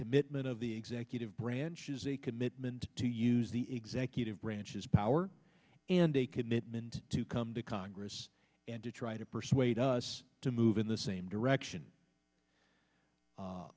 commitment of the executive branch is a commitment to use the executive branch's power and a commitment to come to congress and to try to persuade us to move in the same direction